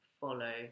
follow